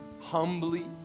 humbly